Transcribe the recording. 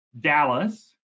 dallas